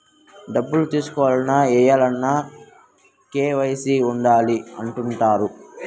డబ్బులు తీసుకోవాలన్న, ఏయాలన్న కూడా కేవైసీ ఉండాలి అని అంటుంటారు